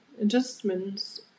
adjustments